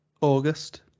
August